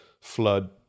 flood